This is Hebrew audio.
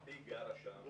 משפחתי גרה שם,